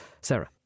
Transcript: Sarah